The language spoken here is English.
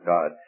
God